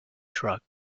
truck